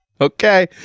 Okay